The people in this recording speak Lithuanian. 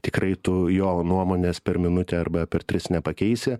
tikrai tu jo nuomonės per minutę arba per tris nepakeisi